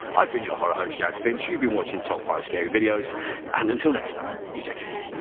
i've been your horror host jack finch you've been watching top five scary videos and until next time, you take it easy.